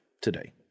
today